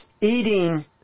eating